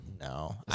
no